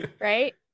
right